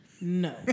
No